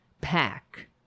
pack